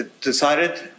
decided